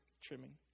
trimming